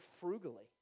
frugally